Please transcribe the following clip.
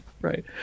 right